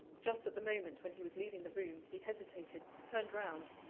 just at the moment when he was leaving the room, he hesitated, turned round,